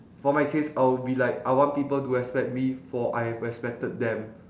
for my case I'll be like I want people to respect me for I have respected them